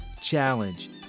challenge